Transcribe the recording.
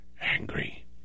angry